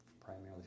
primarily